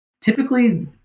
typically